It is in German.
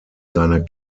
seiner